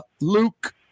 Luke